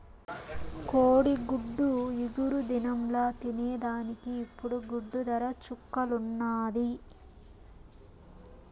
కోడిగుడ్డు ఇగురు దినంల తినేదానికి ఇప్పుడు గుడ్డు దర చుక్కల్లున్నాది